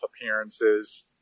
appearances